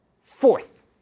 Fourth